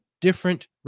different